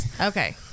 Okay